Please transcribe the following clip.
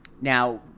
Now